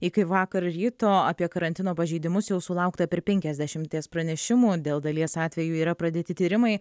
iki vakar ryto apie karantino pažeidimus jau sulaukta per penkiasdešimties pranešimų dėl dalies atvejų yra pradėti tyrimai